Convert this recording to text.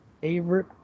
favorite